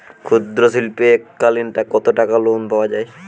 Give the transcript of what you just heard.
ক্ষুদ্রশিল্পের এককালিন কতটাকা লোন পাওয়া য়ায়?